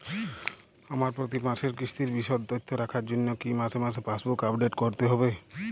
আমার প্রতি মাসের কিস্তির বিশদ তথ্য রাখার জন্য কি মাসে মাসে পাসবুক আপডেট করতে হবে?